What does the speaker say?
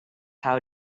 how